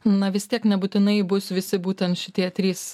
na vis tiek nebūtinai bus visi būtent šitie trys